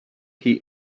heat